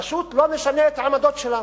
פשוט, לא נשנה את העמדות שלנו,